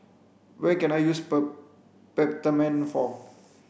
what can I use Peptamen for